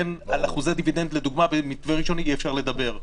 לכן למשל על אחוזי דיווידנד במתווה ראשוני אי אפשר לדבר.